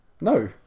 no